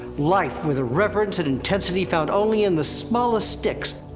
life with a reverence and intensity found only in the smallest sticks.